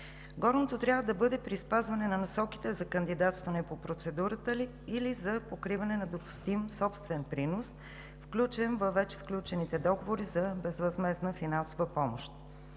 Горното трябва да бъде при използване на насоките за кандидатстване по процедурата или за покриване на допустим собствен принос, включен във вече сключените договори за безвъзмездна финансова помощ.